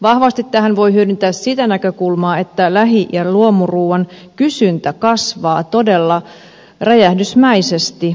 vahvasti tähän voi hyödyntää sitä näkökulmaa että lähi ja luomuruuan kysyntä kasvaa todella räjähdysmäisesti